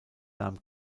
nahm